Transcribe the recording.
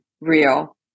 real